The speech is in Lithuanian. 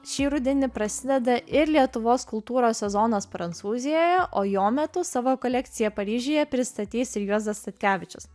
šį rudenį prasideda ir lietuvos kultūros sezonas prancūzijoje o jo metu savo kolekciją paryžiuje pristatys juozas statkevičius